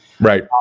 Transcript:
Right